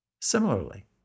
Similarly